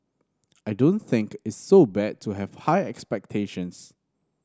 I don't think it's so bad to have high expectations